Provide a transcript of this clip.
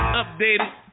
updated